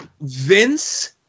Vince